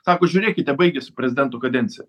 sako žiūrėkite baigiasi prezidento kadencija